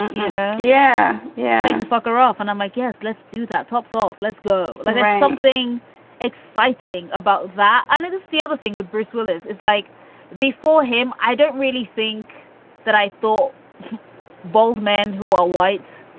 you know. yeah. yeah. the fuck are off. and i'm like, yes, let's do that. tops off. let's go. there's something exciting about that. i mean, that's the other thing with bruce willis is like before him, i don't really think that i thought bold men who are white